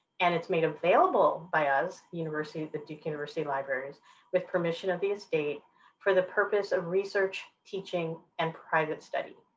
and it's made available by us the university of the duke university libraries with permission of the estate for the purpose of research, teaching, and private study.